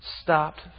stopped